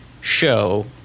show